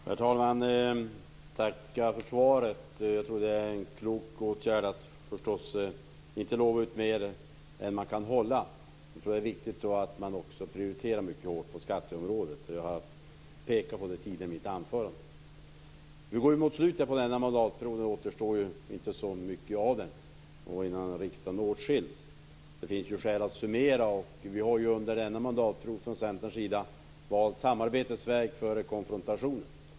Herr talman! Jag tackar för svaret. Jag tror förstås att det är en klok åtgärd att inte lova ut mer än man kan hålla. Det är också viktigt att man prioriterar mycket hårt på skatteområdet. Jag har pekat på detta tidigare i mitt anförande. Vi går mot slutet på denna mandatperiod. Det återstår inte så mycket av den, och inte heller innan riksdagen åtskiljs. Det finns skäl att summera. Centern har under denna mandatperiod valt samarbetets väg före konfrontationens.